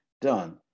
done